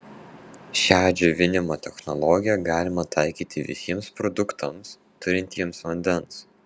šią džiovinimo technologiją galima taikyti visiems produktams turintiems vandens